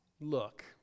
look